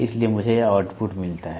इसलिए मुझे यह आउटपुट मिलता है